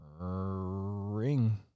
ring